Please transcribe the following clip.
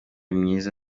myiza